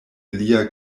lia